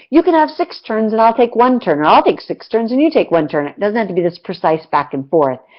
you can have six turns and i'll take one or ah i'll take six turns and you take one turn. it doesn't have to be this precise back and forth.